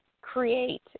create